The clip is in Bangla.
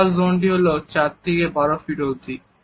সোশ্যাল জোন হল 4 থেকে 12 ফিট অবধি